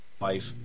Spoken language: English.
life